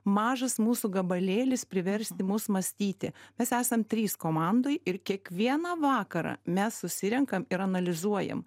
mažas mūsų gabalėlis priversti mus mąstyti mes esam trys komandoj ir kiekvieną vakarą mes susirenkam ir analizuojam